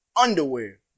underwear